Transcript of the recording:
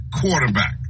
quarterback